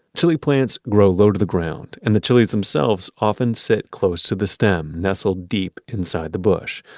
chili plants grow low to the ground, and the chilis themselves often sit close to the stem, nestled deep inside the bush.